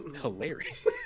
hilarious